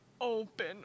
open